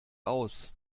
aus